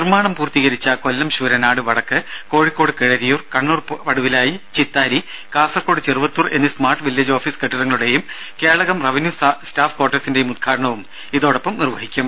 നിർമ്മാണം പൂർത്തീകരിച്ച കൊല്ലം ശൂരനാട് വടക്ക് കോഴിക്കോട് കീഴരിയൂർ കണ്ണൂർ പടുവിലായി ചിത്താരി കാസർകോട് ചെറുവത്തൂർ എന്നീ സ്മാർട്ട് വില്ലേജ് ഓഫീസ് കെട്ടിടങ്ങളുടെയും കേളകം റവന്യൂ സ്റ്റാഫ് ക്വാർട്ടേഴ്സിന്റെയും ഉദ്ഘാടനവും ഇതോടൊപ്പം നിർവഹിക്കും